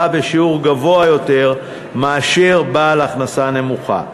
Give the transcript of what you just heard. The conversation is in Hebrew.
בשיעור גבוה יותר מאשר בעל ההכנסה הנמוכה.